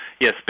Yes